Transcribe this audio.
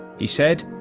he said,